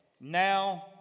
Now